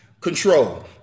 control